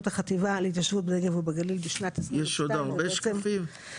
החטיבה להתיישבות בנגב ובגליל בשנת 2022. יש עוד הרבה שקפים?